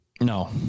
No